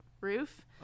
roof